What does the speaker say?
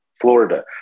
Florida